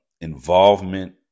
Involvement